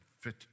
fit